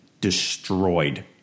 destroyed